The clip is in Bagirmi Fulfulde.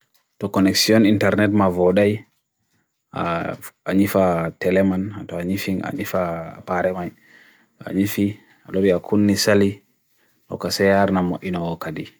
Ɓeydu router ɗuum, Heɓa ɗum he naange. Sadi ɗum, njama e soya ngam ɓeydude e ko nde router ɗuum. Kadi, ɗum njama e kaɗɗo ɗiɗi kaɗo, haɓɓi internet nga.